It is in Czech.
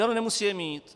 Ale nemusí je mít.